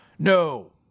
No